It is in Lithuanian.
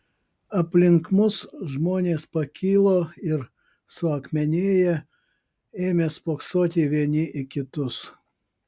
aplink mus žmonės pakilo ir suakmenėję ėmė spoksoti vieni į kitus